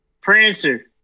Prancer